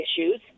issues